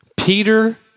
Peter